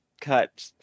cut